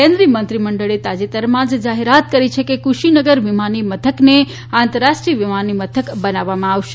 કેન્દ્રિય મંત્રીમંડળે તાજેતરમાં જાહેરાત કરી છે કે કુશીનગર વિમાનીમથકને આંતરરાષ્ટ્રીય વિમાનીમથક બનાવવામાં આવશે